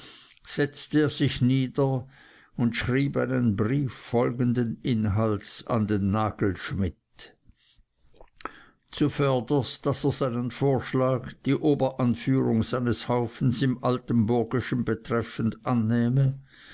setzte er sich nieder und schrieb einen brief folgenden inhalts an den nagelschmidt zuvörderst daß er seinen vorschlag die oberanführung seines haufens im altenburgischen betreffend annähme